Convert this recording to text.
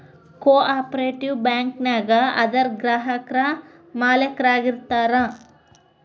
co operative bank ನ್ಯಾಗ ಅದರ್ ಗ್ರಾಹಕ್ರ ಮಾಲೇಕ್ರ ಆಗಿರ್ತಾರ